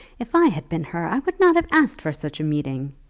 if i had been her i would not have asked for such a meeting,